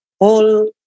whole